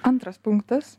antras punktas